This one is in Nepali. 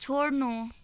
छोड्नु